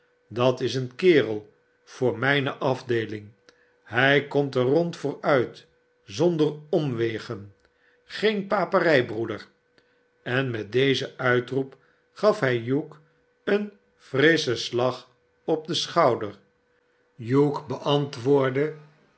dat is een kerel voor mijne afdeeling hij komt er rond voor uit zonder omwegen geen paperij broeder en met dezen uitroep gaf hij hugh een frisschen slag op den schouder hugh beantwoordde